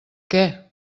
què